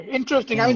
Interesting